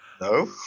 No